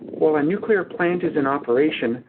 while a nuclear plant is in operation,